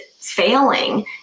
failing